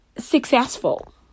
successful